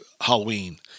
Halloween